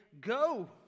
go